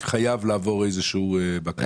חייב לעבור איזושהי בקרה.